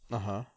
(uh huh)